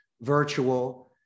virtual